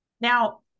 Now